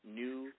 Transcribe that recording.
new